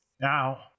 Now